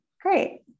Great